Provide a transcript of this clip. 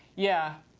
yeah,